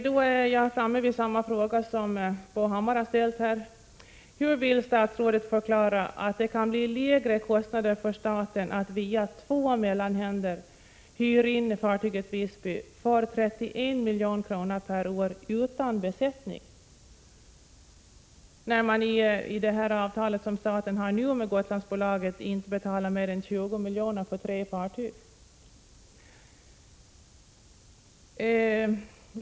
Då är jag framme vid samma fråga som Bo Hammar har ställt här: Hur vill statsrådet förklara att det kan blir lägre kostnader för staten att via två mellanhänder hyra in fartyget Visby för 31 milj.kr. per år utan besättning, när man enligt det avtal som som finns nu mellan staten och Gotlandsbolaget inte betalar mer än 20 milj.kr. för tre fartyg?